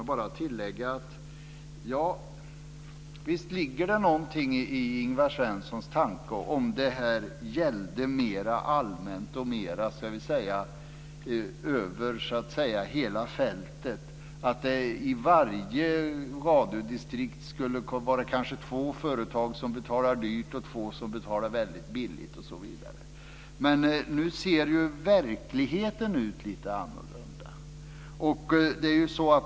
Jag vill bara tillägga att det ligger någonting i Ingvar Svenssons tanke om detta gällde mera allmänt och över hela fältet och om det i varje radiodistrikt skulle finnas två företag som betalar mycket och två som betalar väldigt lite. Men nu ser verkligheten lite annorlunda ut.